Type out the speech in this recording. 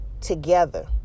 together